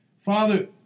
Father